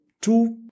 two